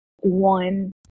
one